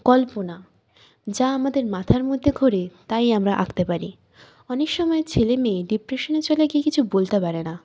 কল্পনা যা আমাদের মাথার মধ্যে ঘোরে তাই আমরা আঁকতে পারি অনেক সময় ছেলে মেয়ে ডিপ্রেশনে চলে গিয়ে কিছু বলতে পারে না